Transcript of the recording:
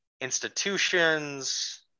institutions